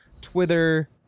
Twitter